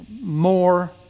more